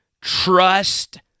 trust